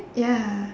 ya